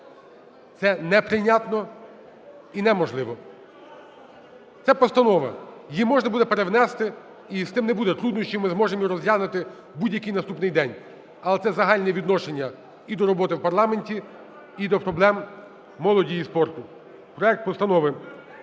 Це неприйнятно і неможливо. Це постанова. Її можна буде перевнести, і з тим не буде труднощів ми зможемо її розглянути в будь-який наступний день. Але це загальне відношення і до роботи в парламенті, і до проблем молоді і спорту. Проект Постанови